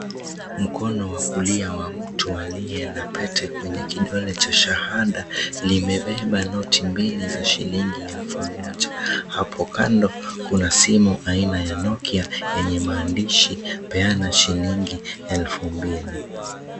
Mkono wa kulia wa mtu aliyena pete kwenye kidole cha shahanda, limebeba noti mbili za shilingi elfu moja. Hapo kando kuna simu aina ya Nokia yenye maandishi peana shillingi elfu mbili.